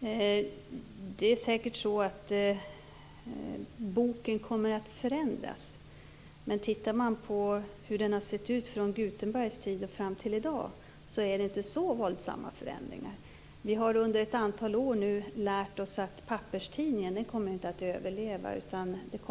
Fru talman! Det är säkert så att boken kommer att förändras. Men från Gutenbergs tid fram till i dag är det inte så våldsamma förändringar. Vi har under ett antal år nu lärt oss att papperstidningen inte kommer att överleva, utan det